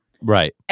Right